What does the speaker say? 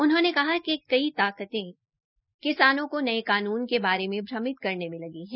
उन्होंने कहा कि कई ताकते किसानों को नये कानून के बारे में भ्रमित करने में लगी है